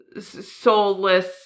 soulless